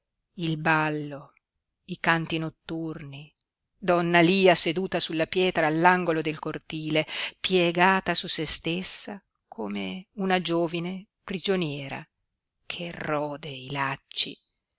il ballo i canti notturni donna lia seduta sulla pietra all'angolo del cortile piegata su se stessa come una giovine prigioniera che rode i lacci